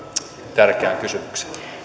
tärkeään kysymykseen